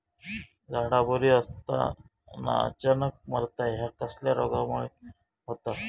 झाडा बरी असताना अचानक मरता हया कसल्या रोगामुळे होता?